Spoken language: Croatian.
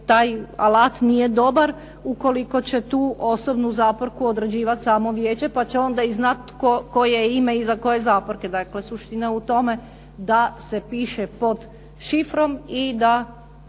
taj alat nije dobar, ukoliko će tu osobnu zaporku određivati samo Vijeće, pa će onda i znati koje ime iza koje zaporke. Dakle suština u tome da se piše pod šifrom, i da